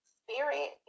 spirit